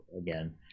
again